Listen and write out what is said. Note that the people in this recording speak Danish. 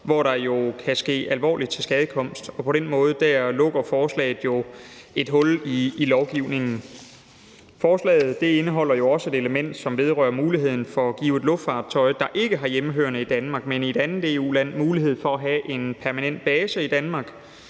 hvor der jo kan ske alvorlig tilskadekomst, og på den måde lukker forslaget et hul i lovgivningen. Forslaget indeholder også et element, som vedrører muligheden for at give et luftfartøj, der ikke er hjemmehørende i Danmark, men i et andet EU-land, mulighed for at have en permanent base i Danmark.